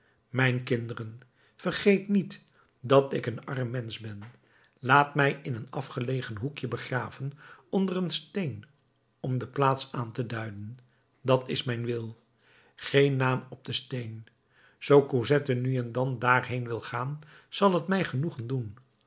mijn kinderen vergeet niet dat ik een arm mensch ben laat mij in een afgelegen hoekje begraven onder een steen om de plaats aan te duiden dat is mijn wil geen naam op den steen zoo cosette nu en dan daarheen wil gaan zal t mij genoegen doen